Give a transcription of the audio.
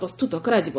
ପ୍ରସ୍ତତ କରାଯିବ